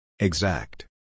Exact